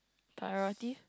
priority